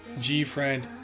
G-Friend